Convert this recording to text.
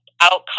outcome